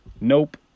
nope